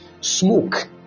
smoke